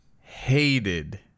hated